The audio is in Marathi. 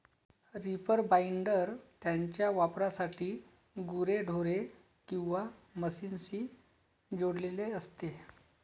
रीपर बाइंडर त्याच्या वापरासाठी गुरेढोरे किंवा मशीनशी जोडलेले असते